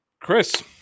Chris